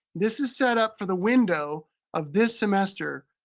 this is set up for the window of this semester.